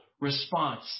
response